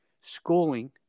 schooling